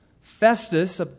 Festus